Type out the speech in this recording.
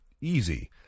easy